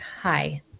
Hi